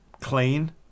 Clean